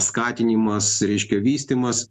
skatinimas reiškia vystymas